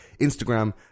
Instagram